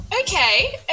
Okay